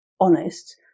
honest